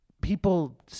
people